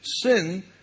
Sin